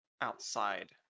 outside